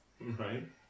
Right